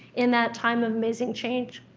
in that time of amazing change,